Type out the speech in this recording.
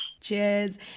Cheers